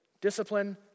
Discipline